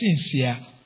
sincere